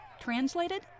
Translated